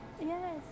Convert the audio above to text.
yes